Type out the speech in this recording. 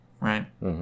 Right